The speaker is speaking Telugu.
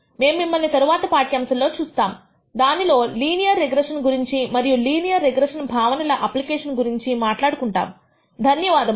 మేము మిమ్మల్ని తరువాత పాఠ్యాంశంలో చూస్తాము దానిలో లీనియర్ రిగ్రెషన్ గురించి మరియు లీనియర్ రిగ్రెషన్ భావనల అప్లికేషన్ గురించి మాట్లాడుకుంటాము